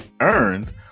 earned